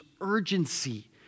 urgency